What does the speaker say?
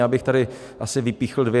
Já bych tady asi vypíchl dvě.